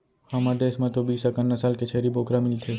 हमर देस म तो बीस अकन नसल के छेरी बोकरा मिलथे